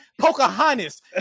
pocahontas